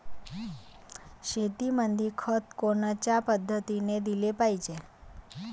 शेतीमंदी खत कोनच्या पद्धतीने देलं पाहिजे?